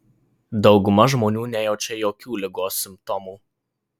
dauguma žmonių nejaučia jokių ligos simptomų